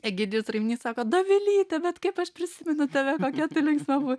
egidijus rainys sako dovilyte bet kaip aš prisimenu tave tokia linksma buvai